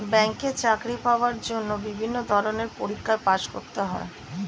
ব্যাংকে চাকরি পাওয়ার জন্য বিভিন্ন ধরনের পরীক্ষায় পাস করতে হয়